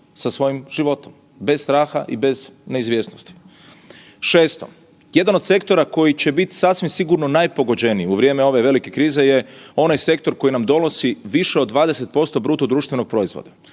sa svojim životom, bez straha i bez neizvjesnosti. Šesto, jedan od sektora koji će biti sasvim sigurno najpogođeniji u vrijeme ove velike krize je onaj sektor koji nam donosi više od 20% BDP-a, to je turizam.